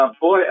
boy